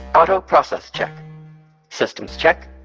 auto process check systems check,